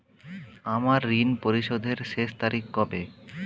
আমার ঋণ পরিশোধের শেষ তারিখ কবে?